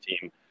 team